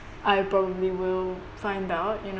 I probably will find out you know